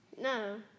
No